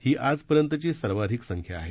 ही आजपर्यंतची सर्वाधिक संख्या आहे